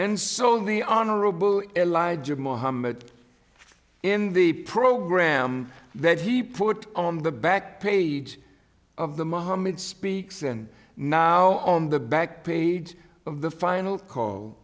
and so the honorable elijah muhammad in the program that he put on the back page of the mohammed speaks and now on the back page of the final call